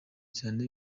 cyane